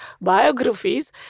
biographies